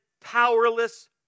powerless